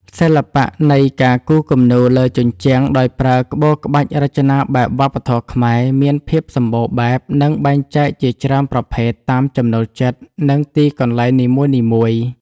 សិល្បៈនៃការគូរគំនូរលើជញ្ជាំងដោយប្រើក្បូរក្បាច់រចនាបែបវប្បធម៌ខ្មែរ មានភាពសម្បូរបែប និងបែងចែកជាច្រើនប្រភេទតាមចំណូលចិត្ត និងទីកន្លែងនីមួយៗ។